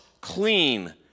clean